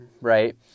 right